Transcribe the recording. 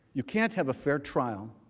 you cannot have a fair trial,